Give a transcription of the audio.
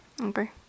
Okay